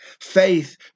Faith